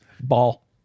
Ball